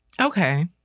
Okay